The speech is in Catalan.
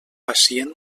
pacient